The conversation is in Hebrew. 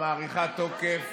מאריכה תוקף